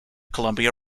columbia